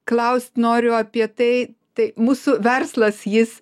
klaust noriu apie tai tai mūsų verslas jis